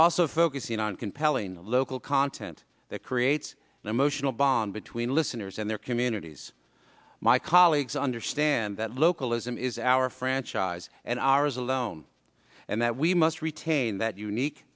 also focusing on compelling local content that creates an emotional bond between listeners and their communities my colleagues understand that localism is our franchise and ours alone and that we must retain that unique